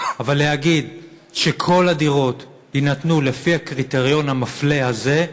אבל להגיד שכל הדירות יינתנו לפי הקריטריון המפלה הזה,